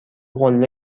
قله